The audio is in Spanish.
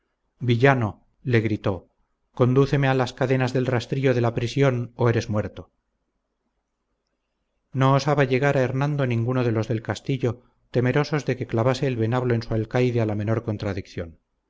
villano le gritó condúceme a las cadenas del rastrillo de la prisión o eres muerto no osaba llegar a hernando ninguno de los del castillo temerosos de que clavase el venablo en su alcaide a la menor contradicción